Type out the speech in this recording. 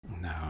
No